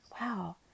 Wow